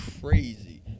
crazy